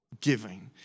giving